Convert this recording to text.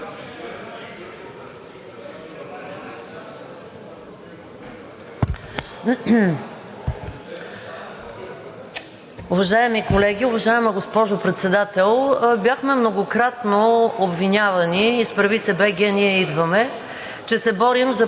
Уважаеми колеги, уважаема госпожо Председател! Бяхме многократно обвинявани – „Изправи се БГ! Ние идваме!“,